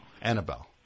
Annabelle